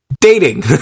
dating